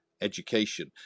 education